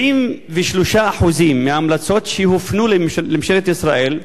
93% מההמלצות שהופנו לממשלת ישראל,